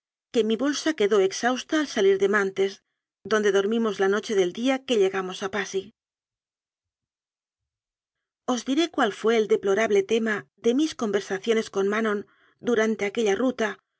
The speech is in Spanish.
que mi bolsa quedó exhausta al salir de mantés donde dormimos la noche del día que llegamos a passy os diré cuál fué el deplorable tema de mis conversaciones con manon durante aquella ruta